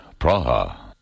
Praha